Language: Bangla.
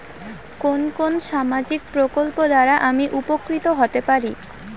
কোন কোন সামাজিক প্রকল্প দ্বারা আমি উপকৃত হতে পারি?